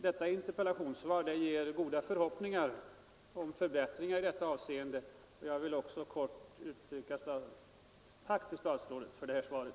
Detta interpellationssvar ger goda förhoppningar om förbättringar i det avseendet, och även jag vill därför här helt kort uttala ett tack till statsrådet för det lämnade svaret.